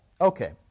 Okay